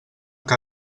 que